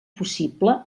possible